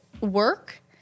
work